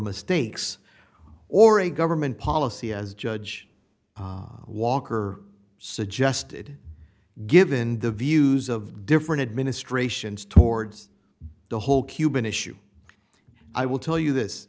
mistakes or a government policy as judge walker suggested given the views of different administrations towards the whole cuban issue i will tell you this